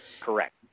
Correct